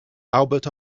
albert